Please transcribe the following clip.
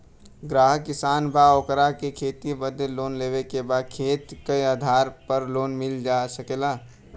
ग्राहक किसान बा ओकरा के खेती बदे लोन लेवे के बा खेत के आधार पर लोन मिल सके ला?